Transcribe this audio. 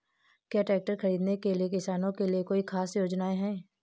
क्या ट्रैक्टर खरीदने के लिए किसानों के लिए कोई ख़ास योजनाएं हैं?